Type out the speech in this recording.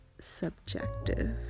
subjective